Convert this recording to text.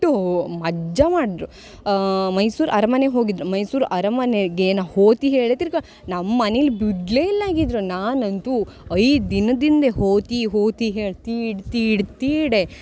ಅಷ್ಟು ಮಜಾ ಮಾಡಿದ್ರು ಮೈಸೂರು ಅರಮನೆ ಹೋಗಿದ್ದರು ಮೈಸೂರು ಅರಮನೆಗೆ ನಾ ಹೋತಿ ಹೇಳಿ ತಿರ್ಗಿ ನಮ್ಮ ಮನಿಲಿ ಬಿಡಲೇ ಇಲ್ಲ ಆಗಿದ್ದರೂ ನಾನಂತೂ ಐದು ದಿನದಿಂದ ಹೋತಿ ಹೋತಿ ಹೇಳಿ ತೀಡಿ ತೀಡಿ ತೀಡೆ